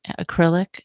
acrylic